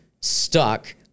stuck